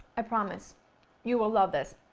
i promise you will love this.